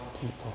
people